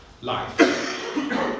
Life